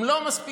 אם לא מספיקים,